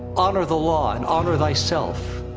honor the law, and honor thyself,